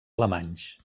alemanys